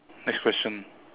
next question